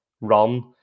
run